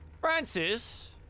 Francis